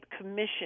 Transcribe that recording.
commission